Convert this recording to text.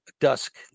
dusk